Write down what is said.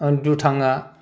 दुथांआ